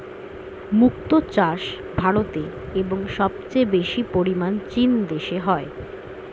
মুক্ত চাষ ভারতে এবং সবচেয়ে বেশি পরিমাণ চীন দেশে হয়